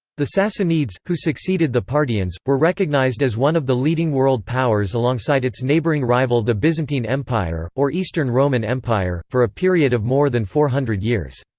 the sassanids, who succeeded the parthians, were recognized as one of the leading world powers alongside its neighboring rival the byzantine empire, or eastern roman empire, for a period of more than four hundred years.